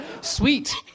Sweet